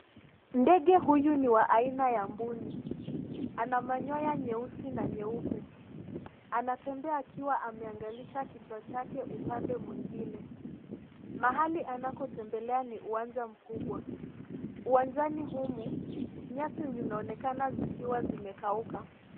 Ndege huyu ni wa aina ya Mbuni. Ana manyoya nyeusi na nyeupe. Anatembea akiwa ameangalisha kichwa chake upande mwingine. Mahali anako tembelea ni uwanja mkubwa. Uwanjani humu, nyasi zinaonekana zikiwa zimekauka.